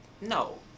no